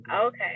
Okay